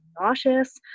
nauseous